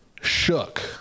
shook